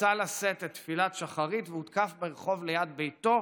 יצא לשאת את תפילת שחרית והותקף ברחוב ליד ביתו.